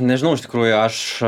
nežinau iš tikrųjų aš